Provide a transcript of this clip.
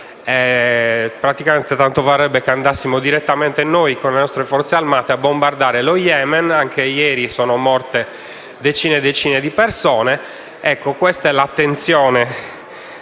arabi. Tanto varrebbe che andassimo direttamente noi, con le nostre Forze armate, a bombardare lo Yemen, dove anche ieri sono morte decine e decine di persone. Questa è l'attenzione